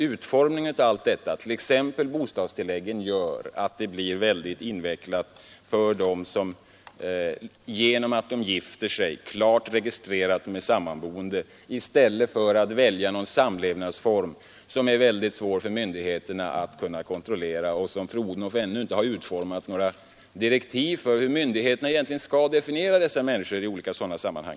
Utformningen av alla dessa bidrag, t.ex. bostadstilläggen, har blivit ofördelaktiga för dem som klart registrerar att de är samboende genom att gifta sig. I stället väljer allt fler någon samlevnadsform som är svår för myndigheterna att kunna kontrollera. Fru Odhnoff har ännu inte utformat några direktiv för hur myndigheterna egentligen skall definiera dessa människor i olika sådana sammanhang.